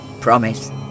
Promise